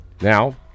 Now